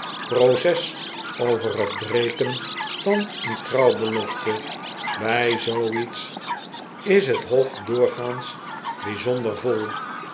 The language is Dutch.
proces over het breken van een trouwbelofte bij zoo iets is het hof doorgaans bijzonder vol